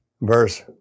verse